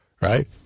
right